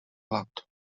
hlad